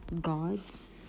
gods